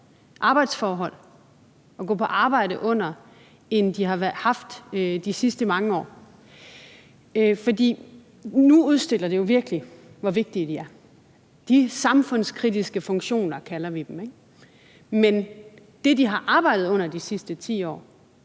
arbejdsforhold at gå på arbejde under, end de har haft de sidste mange år. For nu udstiller det jo virkelig, hvor vigtige de er, altså de samfundskritiske funktioner, som vi kalder dem, ikke? Men det, som de har arbejdet under de sidste 10 år,